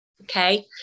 okay